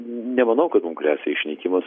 nemanau kad mum gresia išnykimas